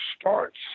starts